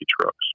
trucks